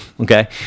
okay